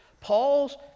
Paul's